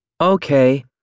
Okay